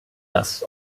das